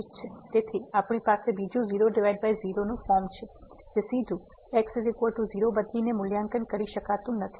તેથી આપણી પાસે બીજું 00 ફોર્મ છે જે સીધું x 0 બદલીને મૂલ્યાંકન કરી શકાતું નથી